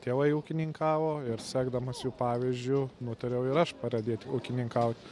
tėvai ūkininkavo ir sekdamas jų pavyzdžiu nutariau ir aš pradėti ūkininkaut